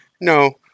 no